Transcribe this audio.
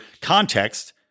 context